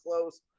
close